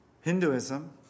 Hinduism